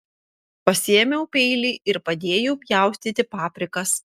pasiėmiau peilį ir padėjau pjaustyti paprikas